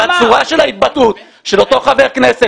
הצורה של ההתבטאות של אותו חבר כנסת